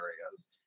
areas